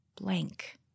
blank